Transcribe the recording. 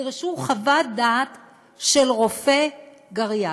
חוות דעת של רופא גריאטרי,